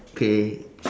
pay